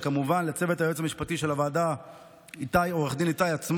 וכמובן לצוות הייעוץ המשפטי של הוועדה ולעו"ד איתי עצמון,